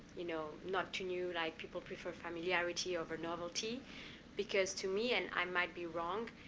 you know not too new like people prefer familiarity over novelty because to me, and i might be wrong,